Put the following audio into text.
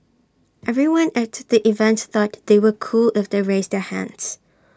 everyone at the event thought they were cool if they raised their hands